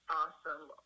awesome